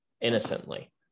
innocently